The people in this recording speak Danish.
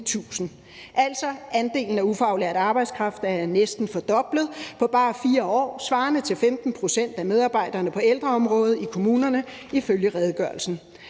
Altså er andelen af ufaglært arbejdskraft næsten fordoblet på bare 4 år, svarende til 15 pct. af medarbejderne på ældreområdet i kommunerne ifølge redegørelsen.